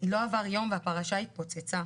לא עבר יום והפרשה התפוצצה.